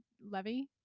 Levy